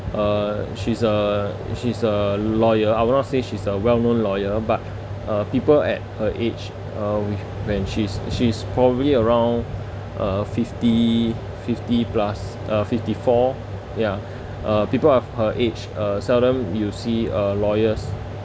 uh she's a she's a lawyer I would not say she's a well-known lawyer but uh people at her age uh when she's she's probably around uh fifty fifty plus uh fifty-four ya uh people of her age uh seldom you see uh lawyers